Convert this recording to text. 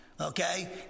Okay